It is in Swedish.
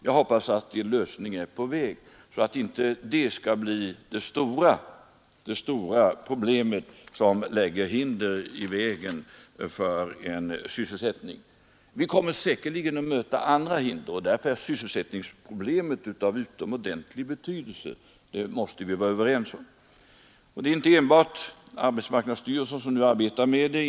Jag hoppas att en lösning är på väg, så att inte brist på gasol skall bli det stora problemet som lägger hinder i vägen för människors sysselsättning. Vi kommer säkerligen att möta andra hinder, och vi måste vara överens om att sysselsättningen är utomordentligt betydelsefull. Det är inte enbart arbetsmarknadsstyrelsen som nu arbetar med detta.